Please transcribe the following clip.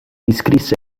iscrisse